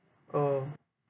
oh